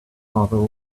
farther